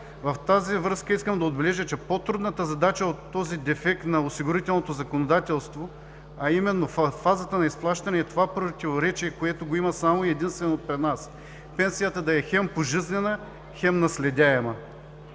В тази връзка искам да отбележа, че по-трудната задача от този дефект на осигурителното законодателство, а именно фазата на изплащане, е това противоречие, което го има само и единствено при нас – пенсията да е хем пожизнена, хем наследяема.